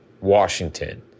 Washington